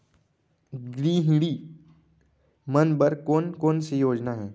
गृहिणी मन बर कोन कोन से योजना हे?